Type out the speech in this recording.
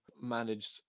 managed